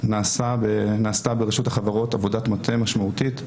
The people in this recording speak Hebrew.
נעשתה ברשות החברות עבודת מטה משמעותית,